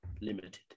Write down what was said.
Limited